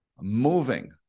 moving